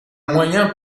moyen